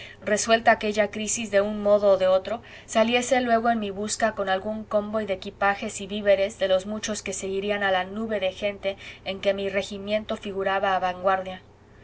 resuelta aquella crisis de un modo o de otro saliese luego en mi busca con algún convoy de equipajes y víveres de los muchos que seguirían a la nube de gente en que mi regimiento figuraba a vanguardia